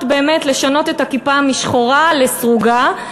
באמת לשנות את הכיפה משחורה לסרוגה,